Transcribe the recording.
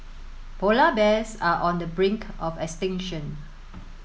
polar bears are on the brink of extinction